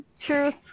truth